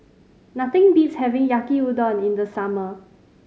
nothing beats having Yaki Udon in the summer